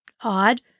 odd